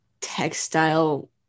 textile